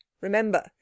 remember